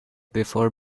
before